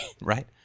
Right